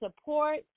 support